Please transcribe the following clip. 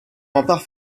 rempart